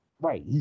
right